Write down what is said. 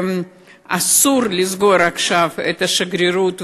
אסור לסגור עכשיו את השגרירות.